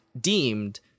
deemed